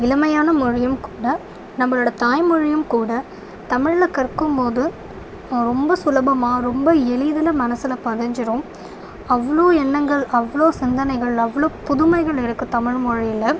இளமையான மொழியும் கூட நம்மளோட தாய்மொழியும் கூட தமிழில் கற்கும் போது ரொம்ப சுலபமாக ரொம்ப எளிதில் மனசில் பதிஞ்சுடும் அவ்வளோ எண்ணங்கள் அவ்வளோ சிந்தனைகள் அவ்வளோ புதுமைகள் இருக்குது தமிழ்மொழியில்